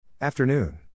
Afternoon